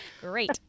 Great